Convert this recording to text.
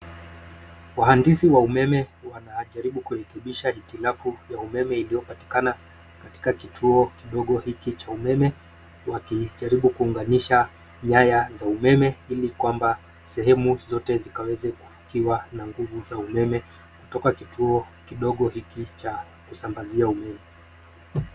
Wahandisi wa umeme wanajaribu kurekebisha hitilafu ya umeme iliopatikana katika kituo kidogo hiki cha umeme wakijaribu kuunganisha nyaya za umeme ili kwamba sehemu zote zikaweze kufikiwa na nguvu za umeme kutoka kituo kidogo hiki cha kusambazia umeme.